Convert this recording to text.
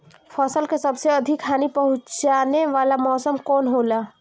फसल के सबसे अधिक हानि पहुंचाने वाला मौसम कौन हो ला?